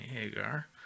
Hagar